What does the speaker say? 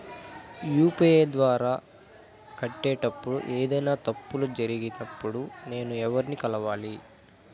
UPI ద్వారా కట్టేటప్పుడు ఏదైనా తప్పులు జరిగినప్పుడు నేను ఎవర్ని కలవాలి?